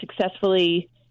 successfully